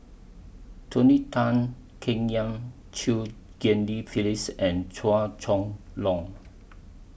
Tony Tan Keng Yam Chew Ghim Lian Phyllis and Chua Chong Long